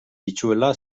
dituela